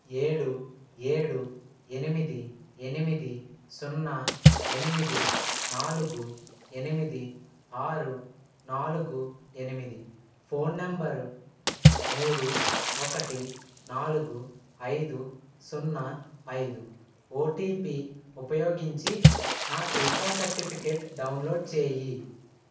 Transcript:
ఏడు ఏడు ఎనిమిది ఎనిమిది సున్నా ఎనిమిది నాలుగు ఎనిమిది ఆరు నాలుగు ఎనిమిది ఫోన్ నంబర్ మూడు ఒకటి నాలుగు ఐదు సున్నా ఐదు ఓటీపీ ఉపయోగించి నా టీకా సర్టిఫికెట్ డౌన్లోడ్ చేయి